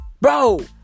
Bro